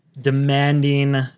demanding